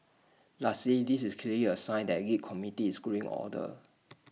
lastly this is clearly A sign that the geek community is growing older